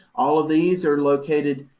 all of these are located,